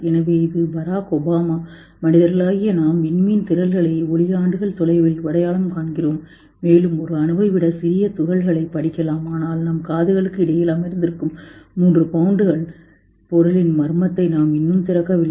எனவே இது Barack Obama மனிதர்களாகிய நாம் விண்மீன் திரள்களை ஒளி ஆண்டுகள் தொலைவில் அடையாளம் காண்கிறோம் மேலும் ஒரு அணுவை விட சிறிய துகள்களைப் படிக்கலாம் ஆனால் நம் காதுகளுக்கு இடையில் அமர்ந்திருக்கும் மூன்று பவுண்டுகள் பொருளின் மர்மத்தை நாம் இன்னும் திறக்கவில்லை